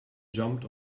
jumped